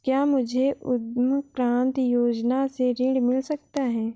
क्या मुझे उद्यम क्रांति योजना से ऋण मिल सकता है?